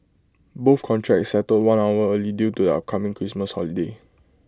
both contracts settled one hour early due to upcoming Christmas holiday